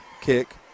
kick